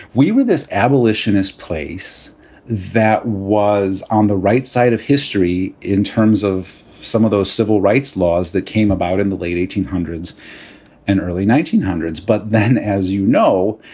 we were this abolitionist place that was on the right side of history in terms of some of those civil rights laws that came about in the late eighteen hundreds and early nineteen hundreds. but then, as you know,